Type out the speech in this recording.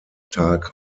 tag